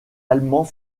allemands